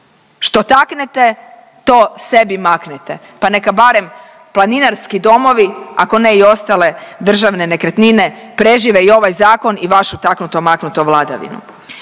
Što taknete, to sebi maknete, pa neka barem planinarski domovi, ako ne i ostale državne nekretnine prežive i ovaj Zakon i vašu taknuto-maknuto vladavinu.